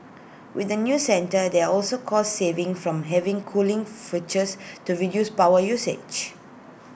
with the new centre there're also cost savings from having cooling features to reduce power usage